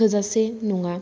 थोजासे नङा